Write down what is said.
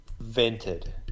vented